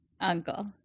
Uncle